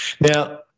Now